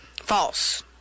False